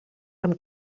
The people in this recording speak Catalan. amb